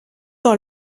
dans